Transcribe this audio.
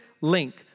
link